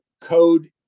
code